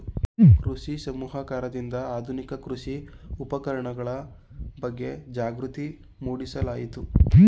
ಕೃಷಿ ಸಮೂಹಕರಿಂದ ಆಧುನಿಕ ಕೃಷಿ ಉಪಕರಣಗಳ ಬಗ್ಗೆ ಜಾಗೃತಿ ಮೂಡಿಸಲಾಯಿತು